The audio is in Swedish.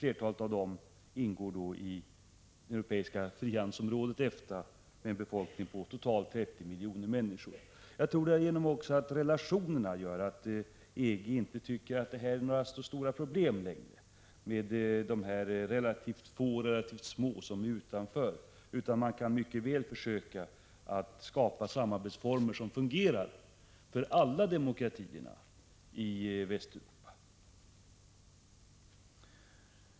Flertalet av dem ingår i det europeiska frihandelsområdet, EFTA, med en befolkning på totalt 30 miljoner människor. Jag tror att EG inte vill ställa till problem för de relativt få och relativt små europeiska demokratier som står utanför gemenskapen utan försöker skapa samarbetsformer som fungerar för alla demokratierna i Europa.